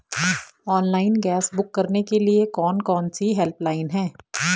Online gas book करने के लिए कौन कौनसी हेल्पलाइन हैं?